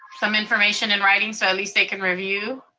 some information in writing so at least they can review.